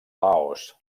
laos